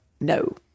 No